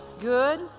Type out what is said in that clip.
Good